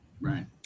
Right